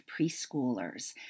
preschoolers